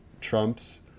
Trump's